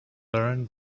learn